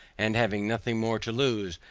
and having nothing more to lose,